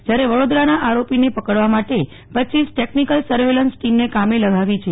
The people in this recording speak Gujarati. જ્યારે વડોદરાના આરોપીને પકડવા માટે રપ ટેકનીકલ સર્વેલન્સની ટીમને કામે લગાવી છે